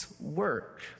work